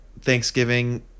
Thanksgiving